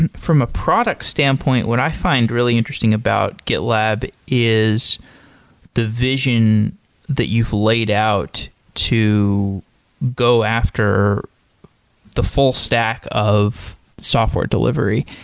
and from a product standpoint, what i find really interesting about gitlab is the vision that you've laid out to go after the full stack of software delivery.